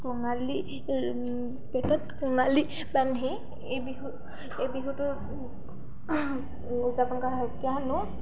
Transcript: কঙালী পেটত কঙালী বান্ধি এই বিহু এই বিহুটোৰ উদযাপন কৰা হয় কিয়নো